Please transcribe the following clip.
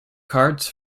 cards